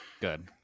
Good